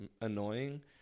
annoying